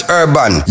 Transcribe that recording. urban